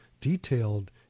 detailed